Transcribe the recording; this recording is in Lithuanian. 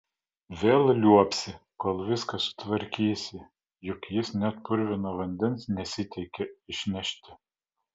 vėl liuobsi kol viską sutvarkysi juk jis net purvino vandens nesiteikia išnešti